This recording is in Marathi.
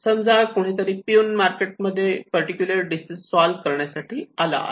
समजा कोणी तरी पिऊन मार्केटमध्ये पर्टिक्युलर डिसीज सॉल्व्ह करण्यासाठी आला आहे